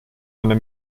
eine